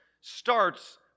starts